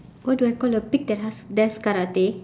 what do I call a pig that hus~ does karate